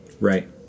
Right